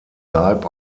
leib